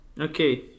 Okay